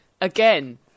Again